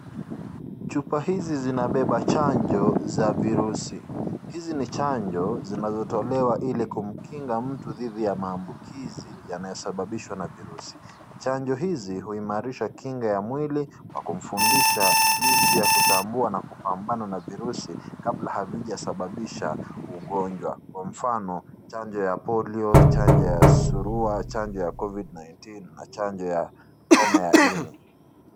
Chupa hizi zinabeba chanjo za virusi. Hizi ni chanjo zinazotolewa ili kumkinga mtu dhidi ya maambukizi yanayosababishwa na virusi. Chanjo hizi huimarisha kinga ya mwili kwa kumfundisha jinsi ya kutambua na kupambana na kabla havijasababisha ugonjwa, kwa mfano chanjo ya polio , chanjo ya surua, chanjo ya Covid-19 na chanjo ya homa ya ini.